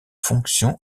fonction